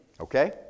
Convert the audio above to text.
okay